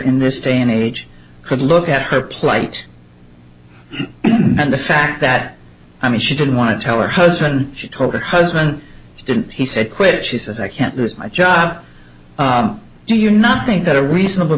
in this day and age could look at her plight and the fact that i mean she didn't want to tell her husband she told her husband he said quit she says i can't lose my job do you not think that a reasonable